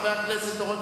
חבר הכנסת אורון,